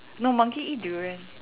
no monkey eat durian